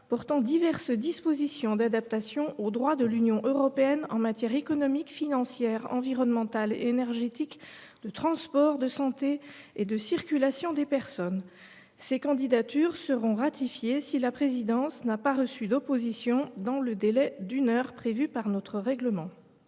portant diverses dispositions d’adaptation au droit de l’Union européenne en matière économique, financière, environnementale, énergétique, de transport, de santé et de circulation des personnes. Ces candidatures seront ratifiées si la présidence n’a pas reçu d’opposition dans le délai d’une heure prévu par notre règlement.